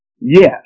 Yes